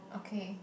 okay